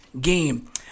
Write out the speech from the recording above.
game